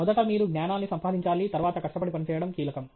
మొదట మీరు జ్ఞానాన్ని సంపాదించాలి తర్వాత కష్టపడి పనిచేయడం కీలకం